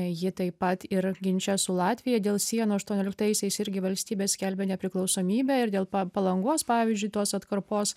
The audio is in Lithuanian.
ji taip pat ir ginče su latvija dėl sienų aštuonioliktaisiais irgi valstybė skelbė nepriklausomybę ir dėl pa palangos pavyzdžiui tos atkarpos